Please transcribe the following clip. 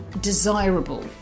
desirable